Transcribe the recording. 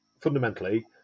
fundamentally